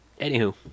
Anywho